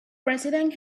president